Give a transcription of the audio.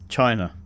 China